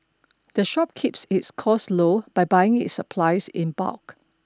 the shop keeps its costs low by buying its supplies in bulk